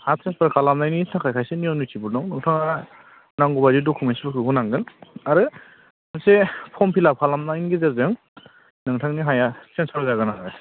हा ट्रेन्सफार खालामनायनि थाखाय खायसे नियम नितिबो दं नोंथाङा नांगौबायदि डकुमेन्सफोरखौ होनांगोन आरो मोनसे फर्म फिल आप खालामनायनि गेजेरजों नोंथांंनि हाया ट्रेन्सफार जागोन आरो